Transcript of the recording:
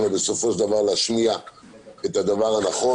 אבל בסופו של דבר להשמיע את הדבר הנכון.